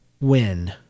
Win